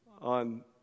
on